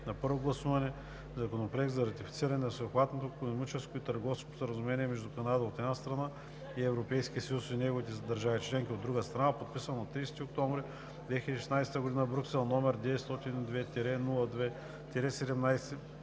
на първо гласуване Законопроект за ратифициране на Всеобхватното икономическо и търговско споразумение между Канада, от една страна, и Европейския съюз и неговите държави членки, от друга страна, подписано на 30 октомври 2016 г. в Брюксел, № 902-02-17,